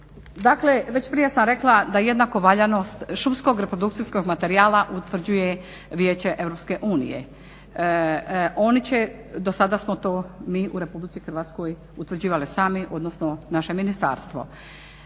Dakle, već prije sam rekla da je jednaku valjanost šumskog reprodukcijskog materijala utvrđuje Vijeće EU. Oni će, dosada smo to mi u RH utvrđivali sami, odnosno naše ministarstvo.